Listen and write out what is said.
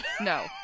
no